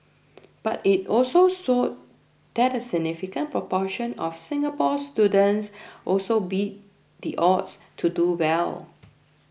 but it also showed that a significant proportion of Singapore students also beat the odds to do well